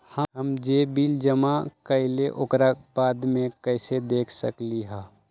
हम जे बिल जमा करईले ओकरा बाद में कैसे देख सकलि ह?